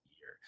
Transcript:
year